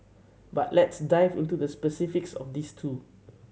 but let's dive into the specifics of these two